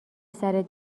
سرت